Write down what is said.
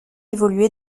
évolué